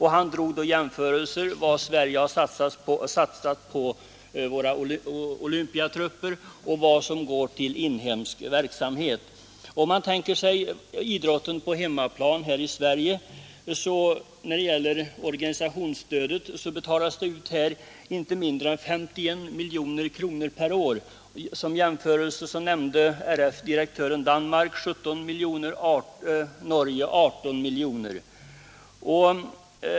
Han drog jämförelser mellan vad Sverige har satsat på trupperna till Olympiaderna och vad som går till inhemsk verksamhet. Organisationsstödet till idrotten på hemmaplan uppgår i Sverige till inte mindre än 51 miljoner kronor per år. Som jämförelse nämnde RF-direktören Danmark 17 miljoner och Norge 18 miljoner.